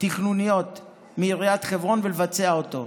תכנוניות מעיריית חברון ולבצע אותו.